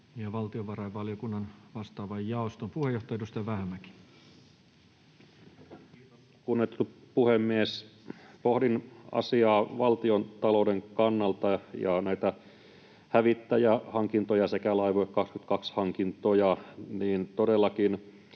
valtiovarainvaliokunnan vastaavan jaoston puheenjohtaja, edustaja Vähämäki. Kunnioitettu puhemies! Pohdin asiaa valtiontalouden kannalta, näitä hävittäjähankintoja sekä Laivue 2020 ‑hankintoja, ja todellakin